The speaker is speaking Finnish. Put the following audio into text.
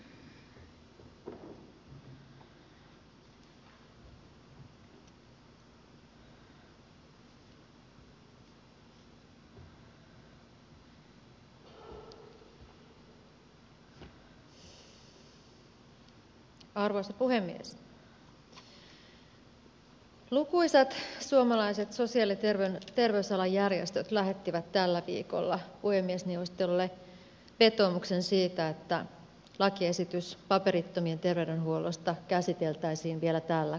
lukuisat suomalaiset sosiaali ja terveysalan järjestöt lähettivät tällä viikolla puhemiesneuvostolle vetoomuksen siitä että lakiesitys paperittomien terveydenhuollosta käsiteltäisiin vielä tällä kaudella